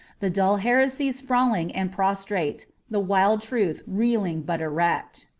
the dull heresies sprawling and prostrate, the wild truth reeling but erect.